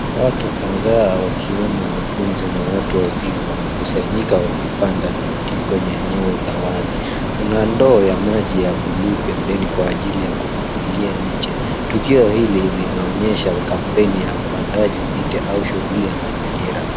Watu kadhaa wakiwemo wanafunzi na watu wazima wamekusanyika wakipanda mti kwenye eneo la wazi. Kuna ndoo ya maji ya buluu pembeni kwa ajili ya kumwagilia mche. Tukio hili linaonyesha kampeni ya upandaji miti au shughuli ya mazingira.